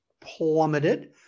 plummeted